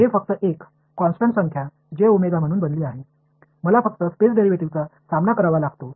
हे फक्त एक कॉन्स्टन्ट संख्या जे ओमेगा म्हणून बनली आहे मला फक्त स्पेस डेरिव्हेटिव्ह्जचा सामना करावा लागतो